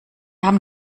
haben